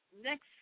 next